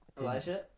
Elijah